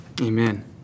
Amen